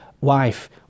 wife